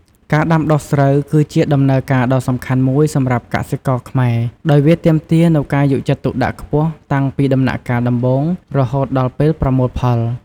ការដាំដុះស្រូវគឺជាដំណើរការដ៏សំខាន់មួយសម្រាប់កសិករខ្មែរ ដោយវាទាមទារនូវការយកចិត្តទុកដាក់ខ្ពស់តាំងពីដំណាក់កាលដំបូងរហូតដល់ពេលប្រមូលផល។